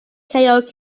karaoke